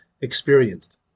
experienced